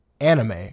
anime